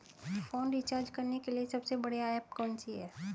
Phone recharge करने के लिए सबसे बढ़िया ऐप कौन सी है?